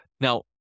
Now